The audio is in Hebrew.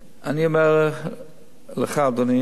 אני אומר לך, אדוני,